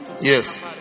Yes